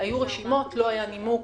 לא היה נימוק,